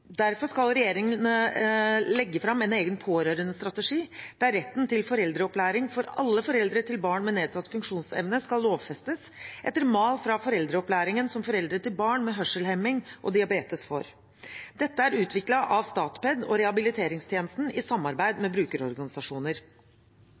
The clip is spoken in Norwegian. Derfor skal regjeringen legge fram en egen pårørendestrategi, der retten til foreldreopplæring for alle foreldre til barn med nedsatt funksjonsevne skal lovfestes – etter mal fra foreldreopplæringen som foreldre til barn med hørselshemming og diabetes får. Dette er utviklet av Statped og rehabiliteringstjenesten i samarbeid